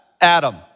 Adam